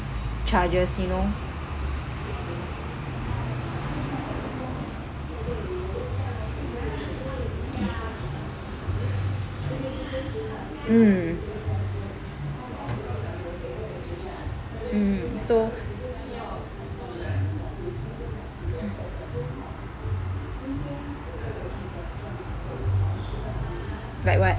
charges you know mm mm so like what